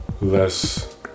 less